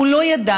הוא לא ידע,